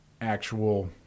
actual